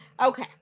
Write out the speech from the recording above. Okay